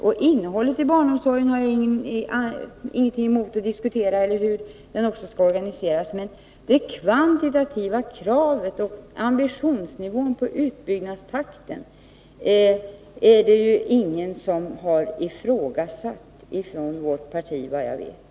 Jag har alltså ingenting emot att diskutera hur innehållet i barnomsorgen skall se ut, men det kvantitativa kravet och ambitionsnivån när det gäller utbyggnadstakten är det ingen som har ifrågasatt från vårt parti, såvitt jag vet.